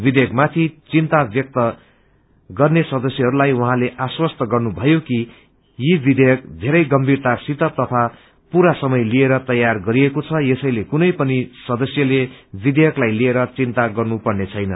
विवेयकमाथि चिन्ता व्यक्त गर्ने सदस्यहरूलाई उहाँले आश्वास्त गर्नुभयो कि यी विवेयक थेरै गम्भिरतासित तथा पूरा समय लिएर तयार गरिएको छ यसैले कुनै पनि सदस्यले विवेयकलाई लिएर चिन्ता गर्नु पर्ने छैन